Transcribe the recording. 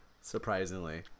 Surprisingly